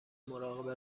مراقب